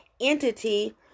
entity